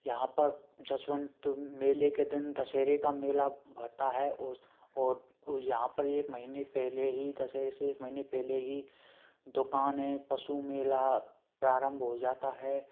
यहाँ पर जसवंत मेले के दिन दशहरे का मेला भरता है उस और उ यहाँ पर एक महीने पहले ही दशहरे से एक महीने पहले ही दुकान है पशु मेला प्रारंभ हो जाता है